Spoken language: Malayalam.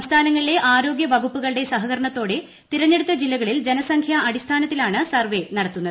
സംസ്ഥാനങ്ങളിലെ ആരോഗ്യ വകുപ്പുകളുടെ സഹകരണത്തോടെ തിരഞ്ഞെടുത്ത ജില്ലകളിൽ ജനസംഖ്യാ അടിസ്ഥാനത്തിലാണ് സർവേ നടത്തുന്നത്